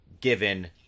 given